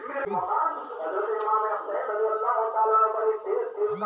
वास्तविक स्थितित ऋण आहारेर वित्तेर तना इस्तेमाल कर छेक